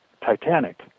Titanic